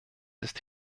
ist